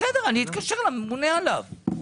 אני אתקשר לממונה עליו.